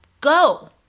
go